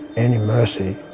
any mercy.